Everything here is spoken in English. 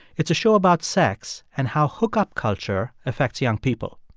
it's a show about sex and how hookup culture affects young people.